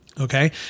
Okay